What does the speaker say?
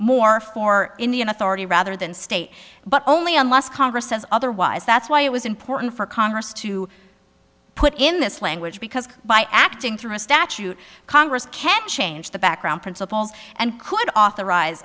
more for indian authority rather than state but only unless congress says otherwise that's why it was important for congress to put in this language because by acting through a statute congress can change the background principles and could authorize